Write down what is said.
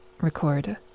Record